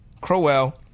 Crowell